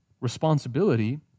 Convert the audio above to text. responsibility